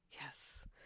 Yes